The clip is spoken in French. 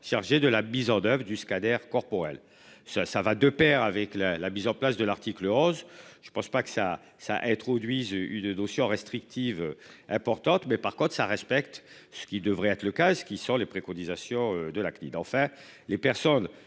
chargés de la mise en oeuvre du Kader corporelle ce ça va de Pair avec la la mise en place de l'article rose. Je ne pense pas que ça ça introduise eu de dossiers ont restrictive importante mais par contre ça respecte ce qui devrait être le cas, ceux qui sont les préconisations de la CNIL,